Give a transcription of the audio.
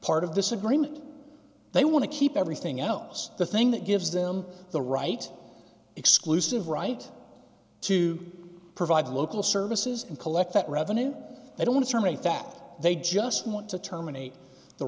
part of this agreement they want to keep everything else the thing that gives them the right exclusive right to provide local services and collect that revenue they don't want to terminate that they just want to terminate the